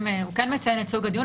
הוא כן מציין את סוג הדיון.